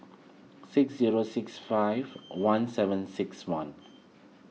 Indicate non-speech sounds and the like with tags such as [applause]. six zero six five [noise] one seven six one [noise]